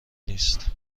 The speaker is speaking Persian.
نیست